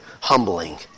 humbling